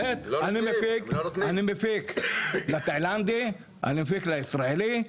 אני מפיק לתאילנדי, אני מפיק לישראלי.